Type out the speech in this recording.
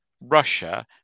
Russia